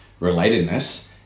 relatedness